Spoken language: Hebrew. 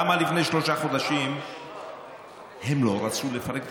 למה לפני שלושה חודשים הם לא רצו לפרק את